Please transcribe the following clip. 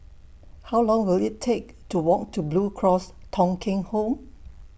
How Long Will IT Take to Walk to Blue Cross Thong Kheng Home